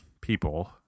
people